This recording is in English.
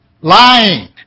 lying